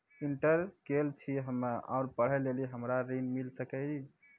Inter केल छी हम्मे और पढ़े लेली हमरा ऋण मिल सकाई?